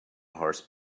horse